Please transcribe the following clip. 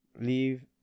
leave